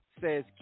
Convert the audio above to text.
says